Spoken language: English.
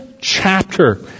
chapter